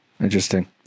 Interesting